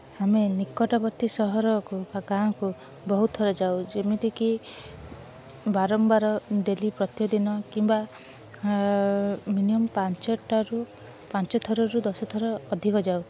ଆମେ ନିକଟବର୍ତ୍ତୀ ସହରକୁ ବା ଗାଁକୁ ବହୁତ ଥର ଯାଉ ଯେମିତିକି ବାରମ୍ବାର ଡେଲି ପ୍ରତିଦିନ କିମ୍ବା ମିନିମମ୍ ପାଞ୍ଚଟାରୁ ପାଞ୍ଚ ଥରରୁ ଦଶଥର ଅଧିକ ଯାଉ